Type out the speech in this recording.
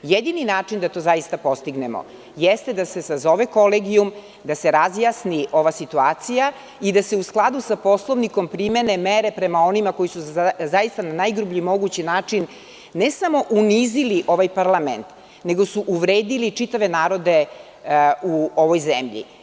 Jedini način da to postignemo jeste da se sazove Kolegijum, da se razjasni ova situacija i da se, u skladu sa Poslovnikom, primene mere prema onima koji su zaista na najgrublji mogući način ne samo unizili ovaj parlament, nego su uvredili čitave narode u ovoj zemlji.